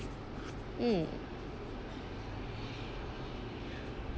mm